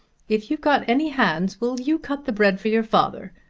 if you've got any hands will you cut the bread for your father?